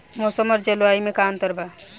मौसम और जलवायु में का अंतर बा?